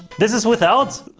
this is without